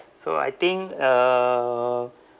so I think uh